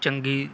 ਚੰਗੀ